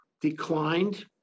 declined